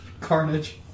Carnage